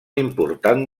important